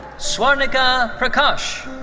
swarnika prakash.